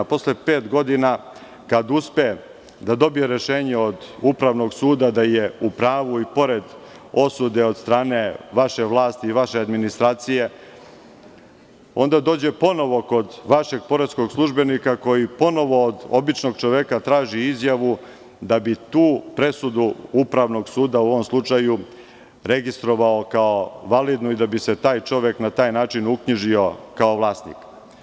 Posle pet godina, kada uspe da dobije rešenje od Upravnog suda da je u pravu i pored osude od strane vaše vlasti i vaše administracije, onda dođe ponovo kod vašeg poreskog službenika koji ponovo od običnog čoveka traži izjavu da bi tu presudu upravnog suda u ovom slučaju registrovao kao validnu i da bi se taj čovek na taj način uknjižio kao vlasnik.